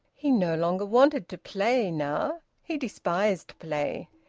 he no longer wanted to play now. he despised play.